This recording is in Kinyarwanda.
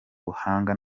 buhanga